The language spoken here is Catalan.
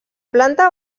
planta